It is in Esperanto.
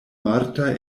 marta